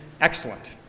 excellent